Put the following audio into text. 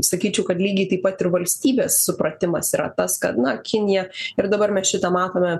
sakyčiau kad lygiai taip pat ir valstybės supratimas yra tas kad na kinija ir dabar mes šitą matome